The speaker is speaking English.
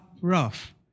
rough